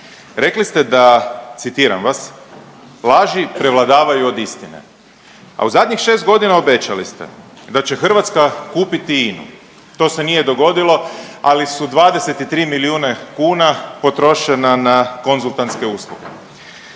rekli ste da, citiram vas, laži prevladavaju od istine, a u zadnjih 6.g. obećali ste da će Hrvatska kupiti INA-u, to se nije dogodilo, ali su 23 milijuna kuna potrošena na konzultantske usluge.